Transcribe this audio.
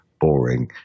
boring